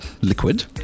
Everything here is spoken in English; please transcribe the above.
liquid